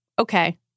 okay